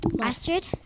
Astrid